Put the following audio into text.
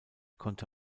konnte